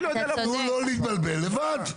תנו לו להתבלבל לבד.